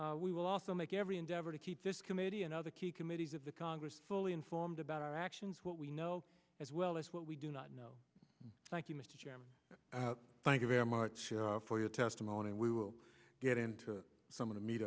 that we will also make every endeavor to keep this committee and other key committees of the congress fully informed about our actions what we know as well as what we do not know thank you mr chairman thank you very much for your testimony and we will get into some of the meat